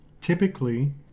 Typically